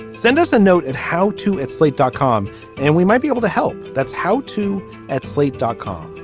send us a note at how to at slate dot com and we might be able to help. that's how to at slate dot com.